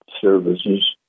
services